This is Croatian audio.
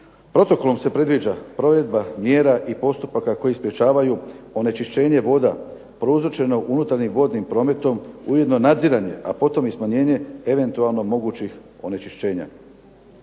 Protokolom se predviđa provedba mjera i postupaka koji sprečavaju onečišćenje voda prouzročene unutarnjim vodnim prometom, ujedno nadziranje, a potom i smanjenje eventualno mogućih onečišćenja.